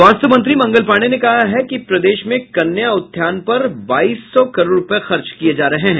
स्वास्थ्य मंत्री मंगल पाण्डेय ने कहा है कि प्रदेश में कन्या उत्थान पर बाईस सौ करोड़ रूपये खर्च किये जा रहे हैं